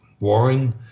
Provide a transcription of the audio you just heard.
Warring